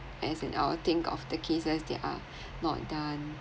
as in I'll think of the cases they are not done